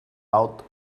out